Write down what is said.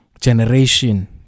generation